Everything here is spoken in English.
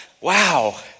Wow